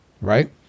right